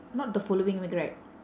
not the following week right